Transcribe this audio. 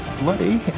bloody